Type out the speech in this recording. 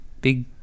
big